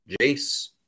Jace